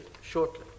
shortly